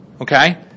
Okay